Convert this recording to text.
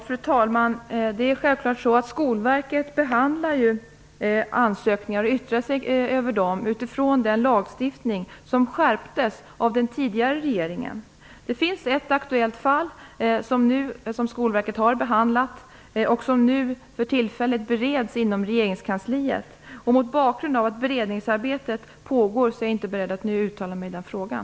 Fru talman! Det är självklart så att Skolverket behandlar ansökningar och yttrar sig över dem utifrån den lagstiftning som skärptes av den tidigare regeringen. Det finns ett aktuellt fall som Skolverket har behandlat och som för tillfället bereds inom regeringskansliet. Mot bakgrund av att beredningsarbetet pågår är jag inte beredd att nu uttala mig i den frågan.